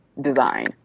design